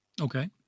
okay